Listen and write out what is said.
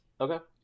okay